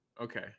Okay